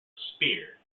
spear